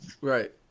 right